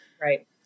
right